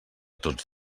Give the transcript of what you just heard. tots